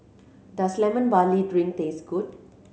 does Lemon Barley Drink taste good